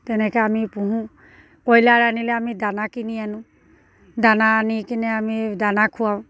তেনেকৈ আমি পোহোঁ কইলাৰ আনিলে আমি দানা কিনি আনোঁ দানা আনি কিনে আমি দানা খুৱাওঁ